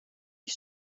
ich